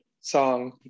song